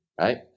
right